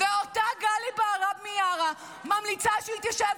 ואם אתה טוען שאין פה אכיפה בררנית, לא, אין זמן.